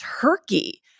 Turkey